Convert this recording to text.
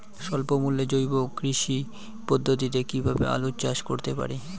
স্বল্প মূল্যে জৈব কৃষি পদ্ধতিতে কীভাবে আলুর চাষ করতে পারি?